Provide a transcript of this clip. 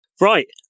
Right